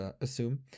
assume